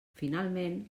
finalment